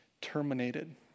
terminated